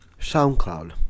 SoundCloud